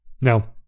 Now